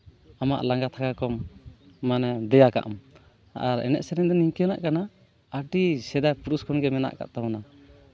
ᱟᱢᱟᱜ ᱞᱟᱸᱜᱟ ᱛᱷᱟᱠᱟ ᱠᱚ ᱢᱟᱱᱮᱢ ᱫᱮᱭᱟ ᱠᱟᱜᱼᱟᱟ ᱟᱨ ᱮᱱᱮᱡ ᱥᱮᱨᱮᱧ ᱫᱚ ᱱᱤᱝᱠᱟᱹᱱᱟᱜ ᱠᱟᱱᱟ ᱟᱹᱰᱤ ᱥᱮᱫᱟᱭ ᱯᱩᱨᱩᱥ ᱠᱷᱚᱱᱜᱮ ᱢᱮᱱᱟᱜ ᱠᱟᱜ ᱛᱟᱵᱚᱱᱟ